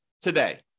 today